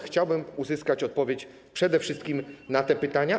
Chciałbym uzyskać odpowiedź przede wszystkim na te pytania.